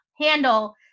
handle